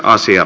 asia